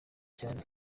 cyane